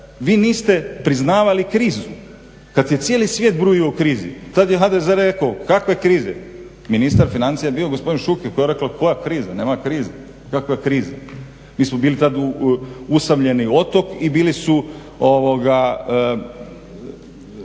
Vi niste priznavali krizu kad je cijeli svijet brujio o krizi, tad je HDZ rekao kakve krize. Ministar financija je bio gospodin Šuker koji je rekao koja kriza, nema krize, kakva kriza. Mi smo bili tad usamljeni otok i bili su oko